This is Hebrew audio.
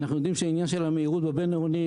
אנחנו יודעים שהעניין של המהירות בבין-עירוני,